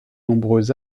nombreux